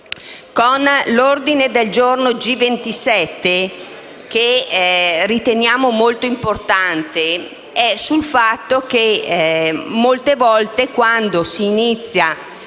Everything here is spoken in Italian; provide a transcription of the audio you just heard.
una. L'ordine del giorno G27, che riteniamo molto importante, riguarda invece il fatto che molte volte quando si inizia